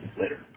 later